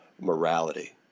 morality